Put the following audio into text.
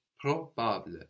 Probable